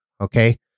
Okay